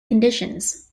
conditions